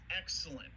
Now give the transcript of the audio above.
excellent